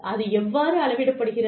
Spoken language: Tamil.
அது எவ்வாறு அளவிடப்படுகிறது